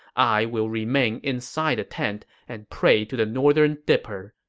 i will remain inside the tent and pray to the northern dipper.